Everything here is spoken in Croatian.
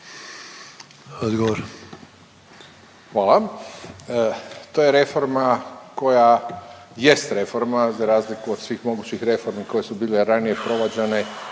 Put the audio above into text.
(HDZ)** Hvala. To je reforma koja jest reforma za razliku od svih mogućih reformi koje su bile ranije provađane